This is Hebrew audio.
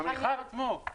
המכל עצמו.